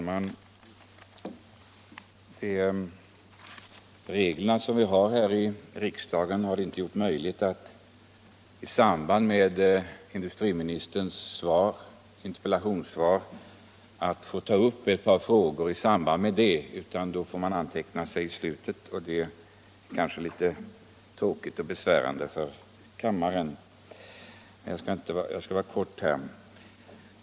Fru talman! Debattreglerna här i riksdagen har inte gjort det möjligt för mig att ta upp ett par frågor i samband med industriministerns interpellationssvar, utan jag har fått anteckna mig i slutet av talarlistan. Det är kanske litet besvärande för kammaren, men jag skall fatta mig kort.